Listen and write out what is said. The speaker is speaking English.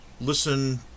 listen